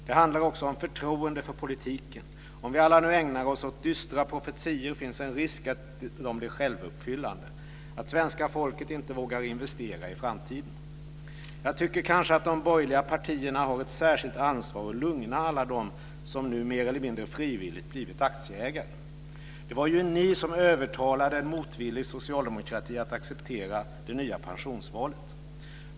Det handlar också om förtroende för politiken. Om vi alla nu ägnar oss åt dystra profetior finns en risk att de blir självuppfyllande, att svenska folket inte vågar investera i framtiden. Jag tycker kanske att de borgerliga partierna har ett särskilt ansvar att lugna alla som nu mer eller mindre frivilligt blivit aktieägare. Det var ju ni som övertalade en motvillig socialdemokrati att acceptera det nya pensionsvalet.